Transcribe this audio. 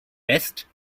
best